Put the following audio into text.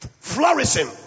flourishing